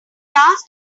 last